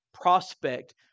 prospect